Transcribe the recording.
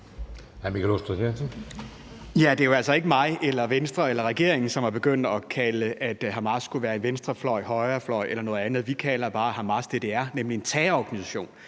(V): Det er jo altså ikke mig eller Venstre eller regeringen, som er begyndt at sige, at Hamas skulle være venstrefløj, højrefløj eller noget andet. Vi kalder bare Hamas det, det er, nemlig en terrororganisation,